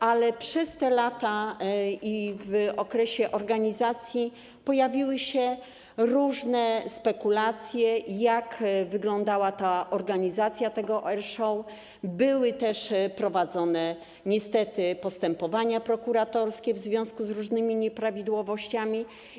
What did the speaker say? Ale przez te lata i w okresie organizacji pojawiły się różne spekulacje, jak wyglądała organizacja air show, były też niestety prowadzone postępowania prokuratorskie w związku z różnymi nieprawidłowościami.